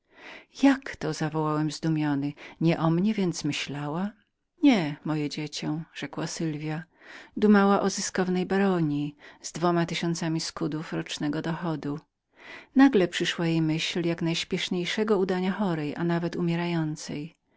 jaskini jakto zawołałem cały zdziwiony nie o mnie więc dumała nie moje dziecie rzekła sylwja dumała o zyskownej baronji z dwoma tysiącami skudów rocznego dochodu nagle przyszła jej myśl jak najśpieszniejszego udania chorej a nawet umierającej